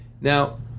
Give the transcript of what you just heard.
Now